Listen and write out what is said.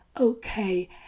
Okay